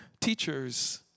teacher's